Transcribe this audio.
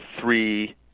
three